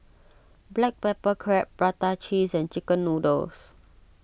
Black Pepper Crab Prata Cheese and Chicken Noodles